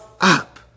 up